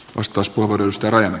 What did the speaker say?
arvoisa puhemies